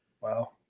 Wow